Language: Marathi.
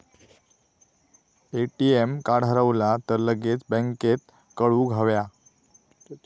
ए.टी.एम कार्ड हरवला तर लगेच बँकेत कळवुक हव्या